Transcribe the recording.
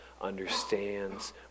understands